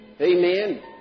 Amen